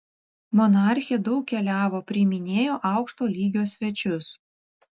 monarchė daug keliavo priiminėjo aukšto lygio svečius